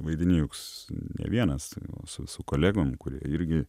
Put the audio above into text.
vaidini juk ne vienas su su kolegom kurie irgi